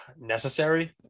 necessary